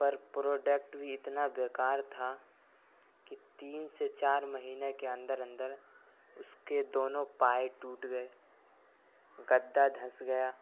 پر product بھی اتنا بیکار تھا کہ تین سے چار مہینے کے اندر اندر اس کے دونوں پائے ٹوٹ گئے گدا دھنس گیا